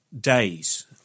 days